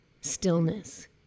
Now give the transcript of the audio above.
stillness